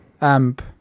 amp